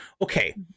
Okay